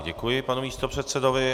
Děkuji panu místopředsedovi.